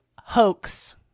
hoax